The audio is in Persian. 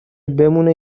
بمونه